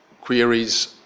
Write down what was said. queries